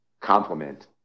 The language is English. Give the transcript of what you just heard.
complement